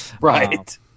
Right